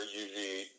usually